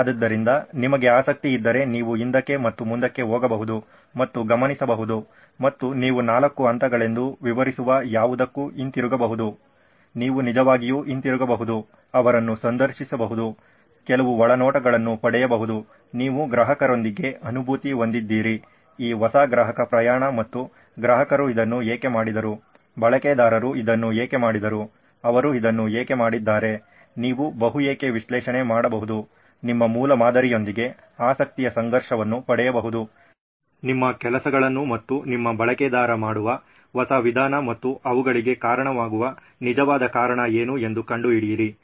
ಆದ್ದರಿಂದ ನಿಮಗೆ ಆಸಕ್ತಿ ಇದ್ದರೆ ನೀವು ಹಿಂದಕ್ಕೆ ಮತ್ತು ಮುಂದಕ್ಕೆ ಹೋಗಬಹುದು ಮತ್ತು ಗಮನಿಸಬಹುದು ಮತ್ತು ನೀವು 4 ಹಂತಗಳೆಂದು ವಿವರಿಸುವ ಯಾವುದಕ್ಕೂ ಹಿಂತಿರುಗಬಹುದು ನೀವು ನಿಜವಾಗಿ ಹಿಂತಿರುಗಬಹುದು ಅವರನ್ನು ಸಂದರ್ಶಿಸಬಹುದು ಕೆಲವು ಒಳನೋಟಗಳನ್ನು ಪಡೆಯಬಹುದು ನೀವು ಗ್ರಾಹಕರೊಂದಿಗೆ ಅನುಭೂತಿ ಹೊಂದಿದ್ದೀರಿ ಈ ಹೊಸ ಗ್ರಾಹಕ ಪ್ರಯಾಣ ಮತ್ತು ಗ್ರಾಹಕರು ಇದನ್ನು ಏಕೆ ಮಾಡಿದರು ಬಳಕೆದಾರರು ಇದನ್ನು ಏಕೆ ಮಾಡಿದರು ಅವರು ಇದನ್ನು ಏಕೆ ಮಾಡಿದ್ದಾರೆ ನೀವು ಬಹು ಏಕೆ ವಿಶ್ಲೇಷಣೆ ಮಾಡಬಹುದು ನಿಮ್ಮ ಮೂಲಮಾದರಿಯೊಂದಿಗೆ ಆಸಕ್ತಿಯ ಸಂಘರ್ಷವನ್ನು ಪಡೆಯಬಹುದು ನಿಮ್ಮ ಕೆಲಸಗಳನ್ನು ಮತ್ತು ನಿಮ್ಮ ಬಳಕೆದಾರ ಮಾಡುವ ಹೊಸ ವಿಧಾನ ಮತ್ತು ಅವುಗಳಿಗೆ ಕಾರಣವಾಗುವ ನಿಜವಾದ ಕಾರಣ ಏನು ಎಂದು ಕಂಡುಹಿಡಿಯಿರಿ